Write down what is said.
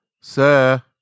Sir